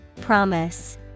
Promise